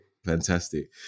Fantastic